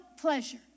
pleasure